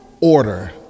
order